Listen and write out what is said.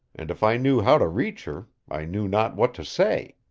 and if i knew how to reach her i knew not what to say.